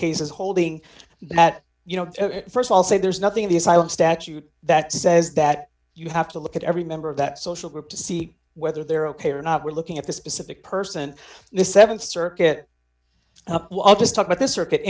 cases holding that you know st of all say there's nothing in the asylum statute that says that you have to look at every member of that social group to see whether they're ok or not we're looking at the specific person the th circuit just talk about this circuit